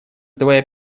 твоя